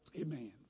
Amen